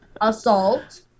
assault